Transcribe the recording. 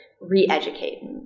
re-educate